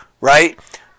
Right